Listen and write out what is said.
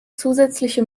zusätzliche